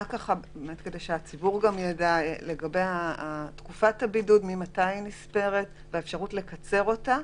ממתי תקופת הבידוד נספרת ומה לגבי האפשרות לקצר אותה?